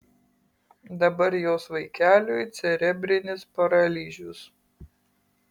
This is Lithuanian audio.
dabar jos vaikeliui cerebrinis paralyžius